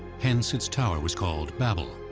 hence, its tower was called babel.